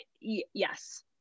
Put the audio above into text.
yes